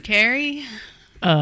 Carrie